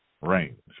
range